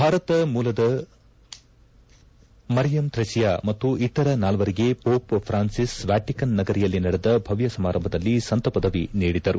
ಭಾರತ ಮೂಲದ ಮರಿಯಂ ಥ್ರೆಸಿಯಾ ಮತ್ತು ಇತರ ನಾಲ್ವರಿಗೆ ಮೋಪ್ ಪ್ರಾನ್ಸಿಸ್ ವ್ಯಾಟಿಕನ್ ನಗರಿಯಲ್ಲಿ ನಡೆದ ಭವ್ತ ಸಮಾರಂಭದಲ್ಲಿ ಸಂತ ಪದವಿ ನೀಡಿದರು